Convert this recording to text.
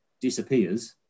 disappears